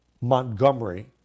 Montgomery